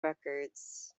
records